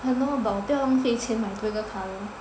!hannor! but 我不要浪费钱买多一个 colour